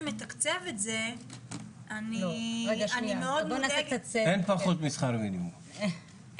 מתקצב את זה אני מאוד --- אין פחות משכר מינימום,